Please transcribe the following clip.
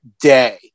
day